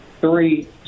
three